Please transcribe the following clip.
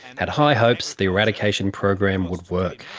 had high hopes the eradication program would work.